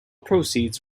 proceeds